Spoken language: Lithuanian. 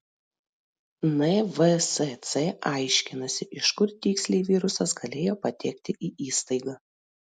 nvsc aiškinasi iš kur tiksliai virusas galėjo patekti į įstaigą